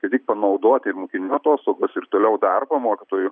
ne tik panaudoti ir mokinių atostogos ir toliau darbo mokytojų